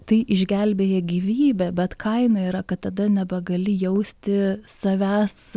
tai išgelbėja gyvybę bet kaina yra kad tada nebegali jausti savęs